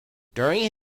during